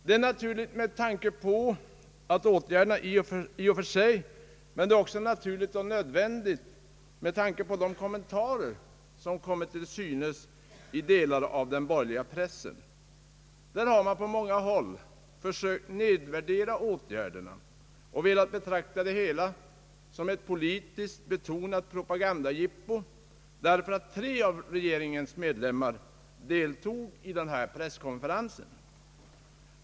Det är naturligt med tanke på åtgärderna i och för sig, men det är också naturligt och nödvändigt med tanke på de kommentarer som kommit till synes i delar av den borgerliga pressen. Där har man på många håll försökt nedvärdera åtgärderna och velat betrakta det hela som ett politiskt betonat propagandajippo, därför att tre av regeringens medlemmar deltog i den här presskonferensen.